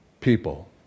people